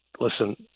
listen